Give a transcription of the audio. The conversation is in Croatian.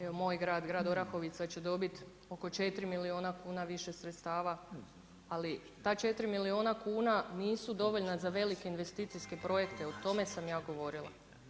Evo, moj grad, grad Orahovica će dobiti oko 4 milijuna kuna više sredstava, ali ta 4 milijuna kuna, nisu dovoljna za velike investicijske projekte, o tome sam ja govorila.